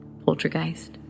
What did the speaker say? Poltergeist